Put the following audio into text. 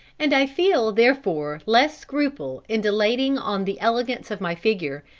and i feel therefore less scruple in dilating on the elegance of my figure,